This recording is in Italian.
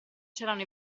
c’erano